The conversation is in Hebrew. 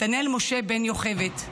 נתנאל משה בן יוכבד,